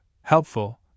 helpful